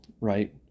Right